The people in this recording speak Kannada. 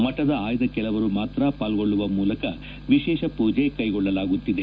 ಮಠದ ಆಯ್ದ ಕೆಲವರು ಮಾತ್ರ ಪಾಲ್ಗೊಳ್ಳುವ ಮೂಲಕ ವಿಶೇಷ ಮೂಜೆ ಕೈಗೊಳ್ಳಲಾಗುತ್ತಿದೆ